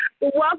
welcome